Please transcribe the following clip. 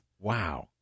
Wow